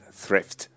thrift